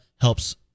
helps